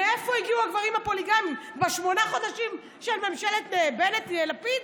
פוליגמיה נמצאת בנגב שנים.